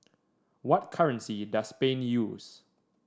what currency does Spain use